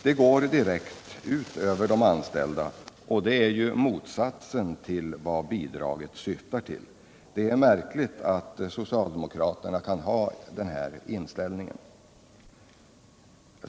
Det går direkt ut över dem, och det är ju motsatsen till vad bidraget syftar till. Det är märkligt att socialdemokraterna kan ha denna inställning.